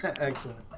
Excellent